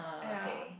ya